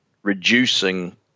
reducing